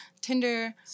Tinder